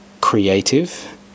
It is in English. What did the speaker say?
creative